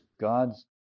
God's